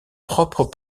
propres